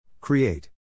Create